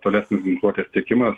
tolesnis ginkluotės teikimas